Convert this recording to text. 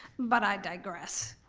but i digress,